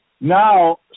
Now